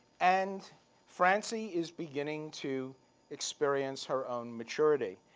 and francie is beginning to experience her own maturity.